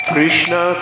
Krishna